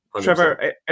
Trevor